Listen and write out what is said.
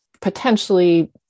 potentially